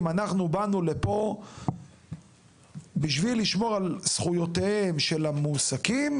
אנחנו באנו לפה בשביל לשמור על זכיותיהם של המועסקים,